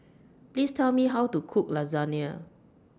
Please Tell Me How to Cook Lasagna